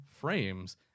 frames